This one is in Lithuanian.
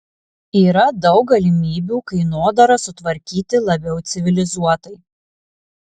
yra daug galimybių kainodarą sutvarkyti labiau civilizuotai